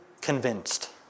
convinced